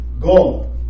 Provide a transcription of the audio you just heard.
Go